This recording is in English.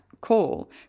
call